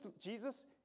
Jesus